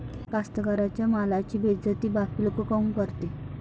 कास्तकाराइच्या मालाची बेइज्जती बाकी लोक काऊन करते?